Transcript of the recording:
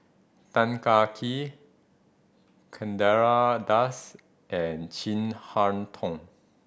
Tan Kah Kee Chandra Das and Chin Harn Tong